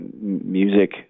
music